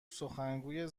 سخنگوی